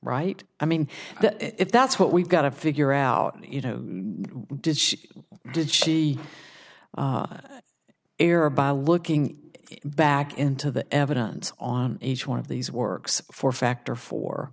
right i mean if that's what we've got to figure out you know does she did she error by looking back into the evidence on each one of these works for factor for